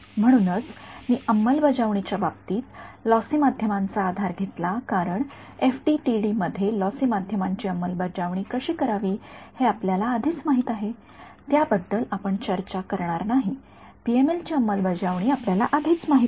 म्हणूनच मी अंमलबजावणीच्या बाबतीत लॉसी माध्यमांचा आधार घेतला कारण एफडीटीडी मध्ये लॉसी माध्यमांची अंमलबजावणी कशी करावी हे आपल्याला आधीच माहित आहे त्याबद्दल आपण चर्चा करणार नाही पीएमएल ची अंमलबजावणी आपल्याला आधीच माहित आहे